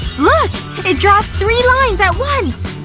look! it draws three lines at once!